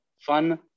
fun